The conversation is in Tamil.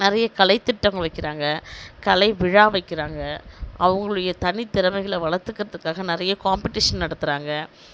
நிறைய கலைத்திட்டங்கள் வைக்கிறாங்க கலை விழா வைக்கிறாங்க அவங்களுடைய தனி திறமைகளை வளர்த்துக்கிறதுக்காக நிறைய காம்பெடிஷன் நடத்துறாங்க